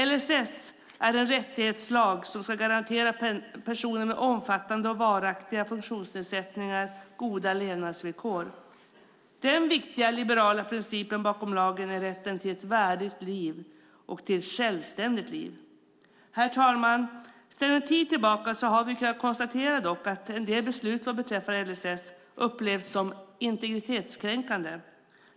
LSS är en rättighetslag som ska garantera personer med omfattande och varaktiga funktionsnedsättningar goda levnadsvillkor. Den viktiga liberala principen bakom lagen är rätten till ett värdigt och självständigt liv. Sedan en tid tillbaka har vi dock kunnat konstatera att en del beslut vad beträffar LSS har upplevts som integritetskränkande.